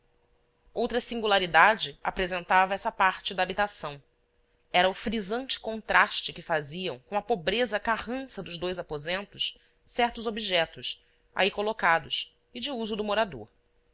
outra singularidade apresentava essa parte da habitação era o frisante contraste que faziam com a pobreza carrança dos dois aposentos certos objetos aí colocados e de uso do morador